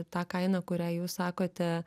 tą kainą kurią jūs sakote